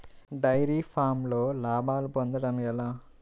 Dairy ఫామ్లో లాభాలు పొందడం ఎలా?